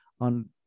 on